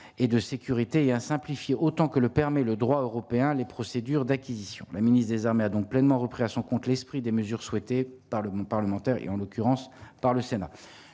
et de sécurité à simplifier autant que le permet le droit européen, les procédures d'acquisition, la ministre des armées a donc pleinement repris à son compte l'esprit des mesures souhaitées par le groupe parlementaire et en l'occurrence par le Sénat,